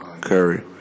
Curry